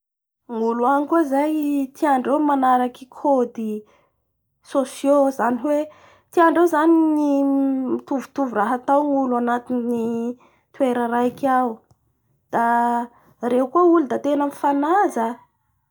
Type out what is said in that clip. Ny olo agny koa zay tiandreo ny manaraky code sociaux izany hoe tiandreo zany ny mitovitovy raha atao ny olo anatin'ny toera raiky ao da reo koa olo, ireo koa olo da tena mifanaja.